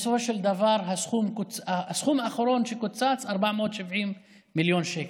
בסופו של דבר הסכום האחרון שקוצץ, 470 מיליון שקל.